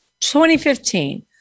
2015